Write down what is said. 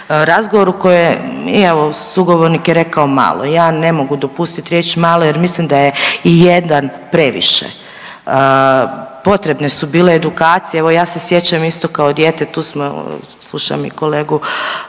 razgovoru koji je evo, sugovornik je rekao malo. Ja ne mogu dopustiti riječ malo jer mislim da je i jedan previše. Potrebne su bile edukacije, evo, ja se sjećam, isto kao dijete, tu smo, slušam i kolegu